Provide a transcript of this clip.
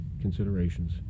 considerations